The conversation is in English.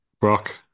Brock